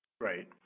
Right